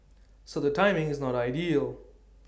so the timing is not ideal